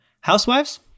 housewives